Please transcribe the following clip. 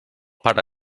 pare